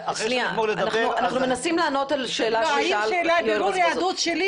אנחנו מנסים לענות על השאלה ששאל יואל רזבוזוב.